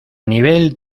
nivel